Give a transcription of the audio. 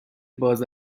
باز